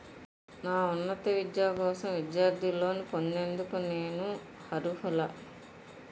నా ఉన్నత విద్య కోసం విద్యార్థి లోన్ పొందేందుకు నేను అర్హులా?